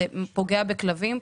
זה פוגע בכלבים,